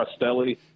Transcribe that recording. Costelli